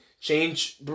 change